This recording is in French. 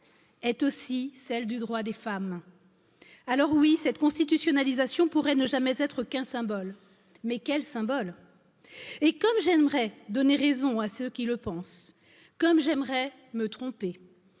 est aussi celle du droit des femmes Alors oui, cette constitutionnalisation pourrait ne jamais être qu'un symbole, mais quel symbole et comme j'aimerais donner raison à ceux qui le pensent, comme j'aimerais me tromper,